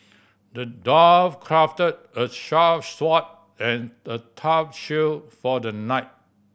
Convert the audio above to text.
the dwarf crafted a sharp sword and a tough shield for the knight